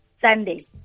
Sunday